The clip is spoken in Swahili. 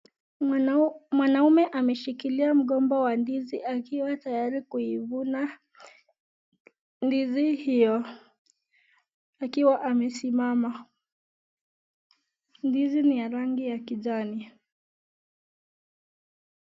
Mwanaume ameshikilia mgomba wa ndizi akiwa tayari kuivuna ndizi hiyo, akiwa amesimama ,ndizi niya rangi ya kijani.